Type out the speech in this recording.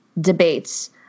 debates